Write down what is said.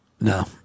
No